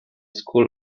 school